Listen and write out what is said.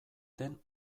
den